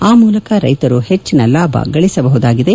ಅ ಮೂಲಕ ರೈತರು ಹೆಚ್ಚಿನ ಲಾಭ ಗಳಿಸಬಹುದಾಗಿದೆ